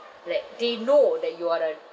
like they know that you are a